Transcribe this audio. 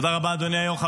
תודה רבה, אדוני היו"ר.